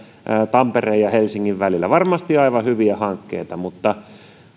tampereen ja helsingin välillä varmasti aivan hyviä hankkeita mutta